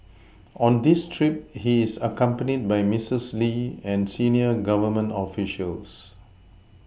on this trip he is accompanied by Misses Lee and senior Government officials